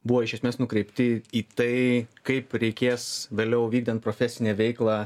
buvo iš esmės nukreipti į tai kaip reikės vėliau vykdant profesinę veiklą